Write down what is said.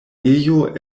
ejo